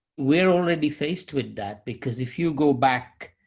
we're already faced with that because if you go back,